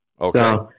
Okay